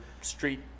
street